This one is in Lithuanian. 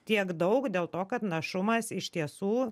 tiek daug dėl to kad našumas iš tiesų